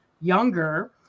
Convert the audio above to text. younger